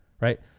right